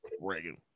Reagan